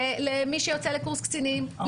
למי שיוצא לקורס קצינים,